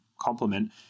complement